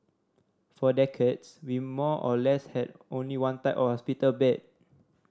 for decades we more or less had only one type of hospital bed